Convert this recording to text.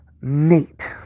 neat